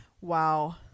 Wow